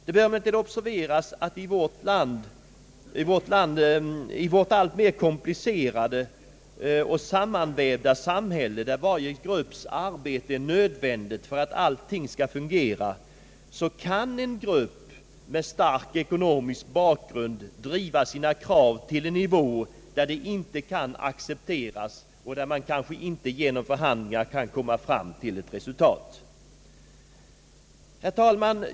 Det bör emellertid observeras att i vårt alltmer komplicerade och sammanvävda samhälle, där varje grupps arbete är nödvändigt för att allt skall fungera, en grupp med stark ekonomisk bakgrund kan driva sina krav till en nivå, där de inte kan accepteras och där man inte genom förhandlingar kan komma fram till ett annat resultat. Herr talman!